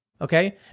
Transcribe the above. Okay